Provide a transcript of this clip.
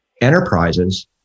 Enterprises